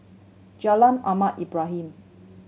Jalan Ahmad Ibrahim